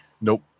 Nope